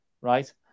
right